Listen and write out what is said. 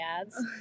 ads